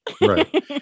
Right